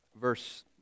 verse